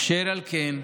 אשר על כן,